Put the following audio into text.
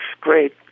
great